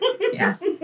Yes